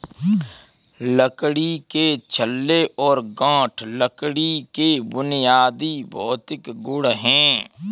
लकड़ी के छल्ले और गांठ लकड़ी के बुनियादी भौतिक गुण हैं